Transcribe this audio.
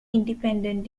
independent